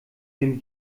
dem